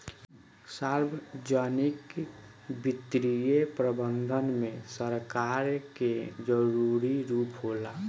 सार्वजनिक वित्तीय प्रबंधन में सरकार के जरूरी रूप होला